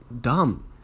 dumb